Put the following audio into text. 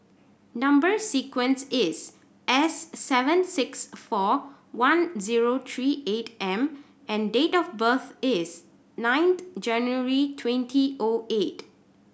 number sequence is S seven six four one zero three eight M and date of birth is nine January twenty O eight